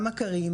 גם מכרים,